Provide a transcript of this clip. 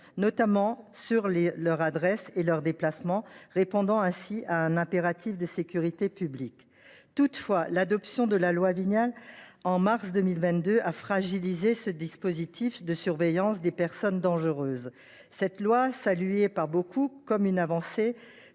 notamment de leur adresse et de leurs déplacements, répondant ainsi à un impératif de sécurité publique. Toutefois, l’adoption de la loi Vignal au mois de mars 2022 a fragilisé ce dispositif de surveillance des personnes dangereuses. Cette loi, saluée par beaucoup comme une avancée,